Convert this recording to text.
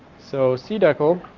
so cdecl,